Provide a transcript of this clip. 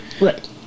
Right